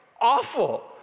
Awful